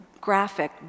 graphic